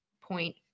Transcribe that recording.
point